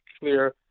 clear